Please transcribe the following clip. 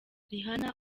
rihanna